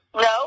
No